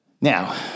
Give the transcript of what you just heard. Now